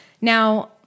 Now